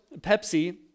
Pepsi